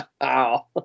Wow